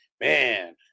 man